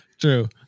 True